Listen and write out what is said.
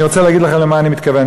אני רוצה להגיד לך למה אני מתכוון.